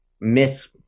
miss